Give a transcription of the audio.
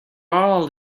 are